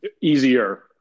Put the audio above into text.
easier